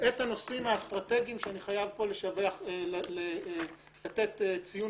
את הנושאים האסטרטגיים אני חייב פה לתת ציון